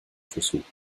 versuch